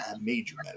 major